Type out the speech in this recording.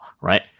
right